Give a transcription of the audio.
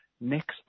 next